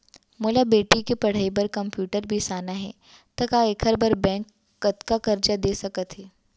मोला बेटी के पढ़ई बार कम्प्यूटर बिसाना हे त का एखर बर बैंक कतका करजा दे सकत हे?